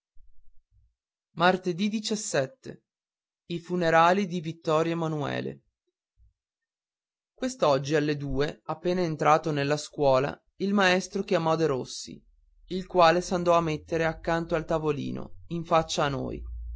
i funerali di ittorio manuele ad uest oggi alle due appena entrato nella scuola il maestro chiamò derossi il quale s'andò a mettere accanto al tavolino in faccia a noi